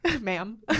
ma'am